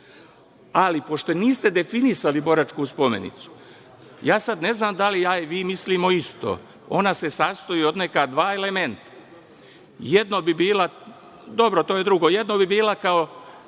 Ali, pošto niste definisali boračku spomenicu, ja sada ne znam da li vi i ja mislimo isto. Ona se sastoji od neka dva elementa. Jedno bi bila, tačno tako kako